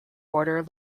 border